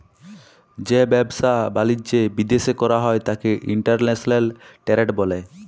যে ব্যাবসা বালিজ্য বিদ্যাশে কইরা হ্যয় ত্যাকে ইন্টরন্যাশনাল টেরেড ব্যলে